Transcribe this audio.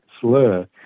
slur